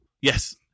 yes